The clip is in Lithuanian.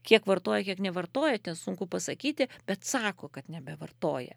kiek vartoja kiek nevartoja ten sunku pasakyti bet sako kad nebevartoja